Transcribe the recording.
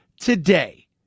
today